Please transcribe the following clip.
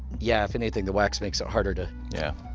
yeah, if anything, the wax makes it harder to yeah.